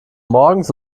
morgens